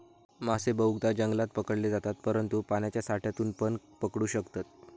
मासे बहुतेकदां जंगलात पकडले जातत, परंतु पाण्याच्या साठ्यातूनपण पकडू शकतत